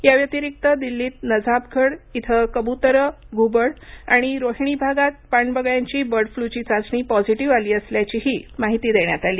या व्यतिरिक्त दिल्लीत नजाफगड इथं कब्तरं घुबड आणि रोहिणी भागात पाण बगळ्यांची बर्ड फ्लूची चाचणी पॉझिटिव्ह आली असल्याचीही माहिती देण्यात आली